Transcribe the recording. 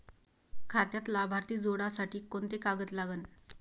खात्यात लाभार्थी जोडासाठी कोंते कागद लागन?